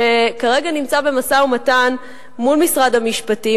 שכרגע נמצא במשא-ומתן מול משרד המשפטים,